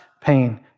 pain